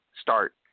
start